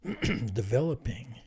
developing